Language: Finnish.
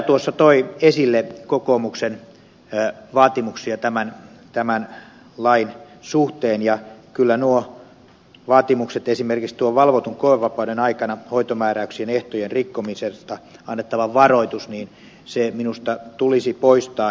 kataja toi esille kokoomuksen vaatimuksia tämän lain suhteen ja kyllä esimerkiksi tuo valvotun koevapauden aikana hoitomääräyksien ehtojen rikkomisesta annettava varoitus tulisi minusta poistaa